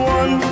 one